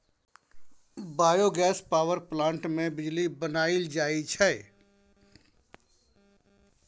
biogas power plant मे बिजली बनाएल जाई छै